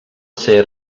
ser